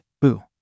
Boo